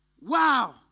Wow